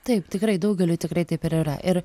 taip tikrai daugeliui tikrai taip ir yra ir